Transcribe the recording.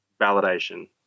validation